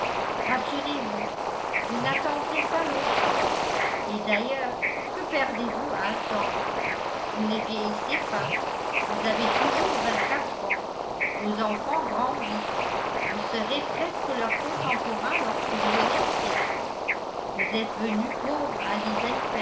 rassurez-vous vous n'attendrez pas longtemps et d'ailleurs que perdez vous à attendre vous ne vieillissez pas vous avez toujours vingt-quatre ans vos enfants grandissent vous serez presque leur contemporain lorsque vous renaîtrez vous êtes venu pauvre à